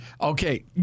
Okay